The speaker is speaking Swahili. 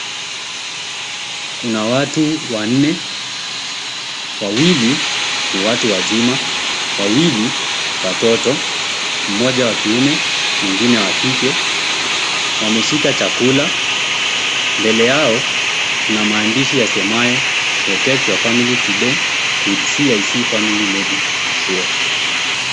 Kuna watu wanne. Wawili ni watu wazima, wawili watoto; mmoja wa kiume, mwingine wa kike. Wameshika chakula. Mbele yao kuna maandishi yasemayo, Protect your family today with CIC Family Medisure.